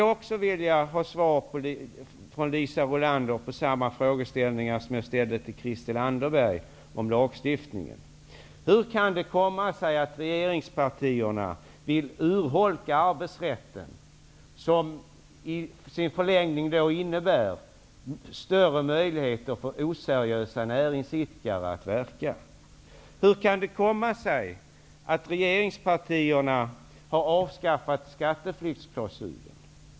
Jag vill också ha svar på samma frågeställning som jag riktade till Christel Anderberg om lagstiftningen: Hur kan det komma sig att regeringspartierna vill urholka arbetsrätten, som i sin förlängning innebär större möjligheter för oseriösa näringsidkare att verka? Hur kan det komma sig att regeringspartierna har avskaffat skatteflyktsklausulen?